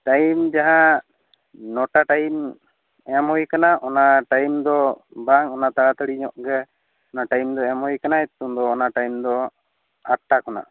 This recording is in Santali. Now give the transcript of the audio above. ᱴᱟᱭᱤᱢ ᱡᱟᱦᱟᱸ ᱱᱚᱴᱟ ᱴᱟᱭᱤᱢ ᱮᱢ ᱦᱩᱭ ᱟᱠᱟᱱᱟ ᱚᱱᱟ ᱴᱟᱭᱤᱢ ᱫᱚ ᱵᱟᱝ ᱚᱱᱟ ᱛᱟᱲᱟ ᱛᱟᱲᱤ ᱧᱚᱜ ᱜᱮ ᱴᱟᱭᱤᱢ ᱫᱚ ᱮᱢ ᱦᱩᱭ ᱟᱠᱟᱱᱟ ᱱᱤᱛᱚᱝ ᱫᱚ ᱚᱱᱟ ᱴᱟᱭᱤᱢ ᱫᱚ ᱟᱴᱴᱟ ᱠᱷᱚᱱᱟᱜ